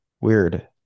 Weird